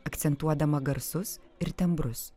akcentuodama garsus ir tembrus